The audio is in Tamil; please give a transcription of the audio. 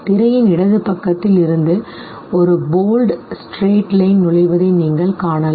திரையின் இடது பக்கத்தில் இருந்து ஒரு bold straight line நுழைவதை நீங்கள் காணலாம்